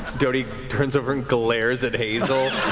doty turns over and glares at hazel.